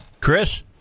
Chris